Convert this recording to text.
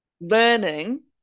learning